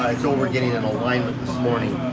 it's over and getting them aligned with this morning.